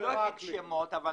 אני לא אגיד שמות, אבל